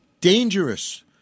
Dangerous